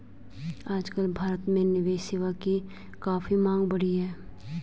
आजकल भारत में निवेश सेवा की काफी मांग बढ़ी है